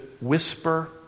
whisper